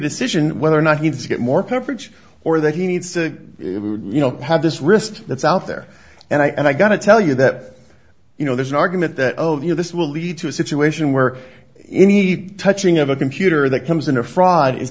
decision whether or not he needs to get more coverage or that he needs to you know have this wrist that's out there and i got to tell you that you know there's an argument that oh you know this will lead to a situation where you need touching of a computer that comes in a fr